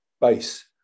base